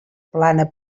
plana